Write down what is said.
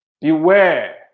beware